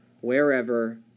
wherever